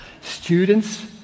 Students